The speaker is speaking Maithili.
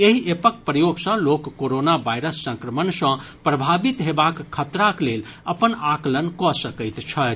एहि एपक प्रयोग सँ लोक कोरोना वायरस संक्रमण सँ प्रभावित हेबाक खतराक लेल अपन आकलन कऽ सकैत छथि